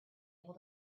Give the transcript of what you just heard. able